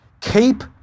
keep